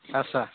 আচ্ছা